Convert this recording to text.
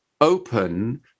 open